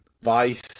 Vice